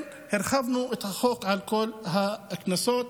הרחבנו את החוק לכל הקנסות.